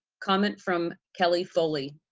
comment from kelly foley.